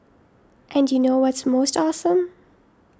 and you know what's most awesome